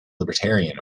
libertarian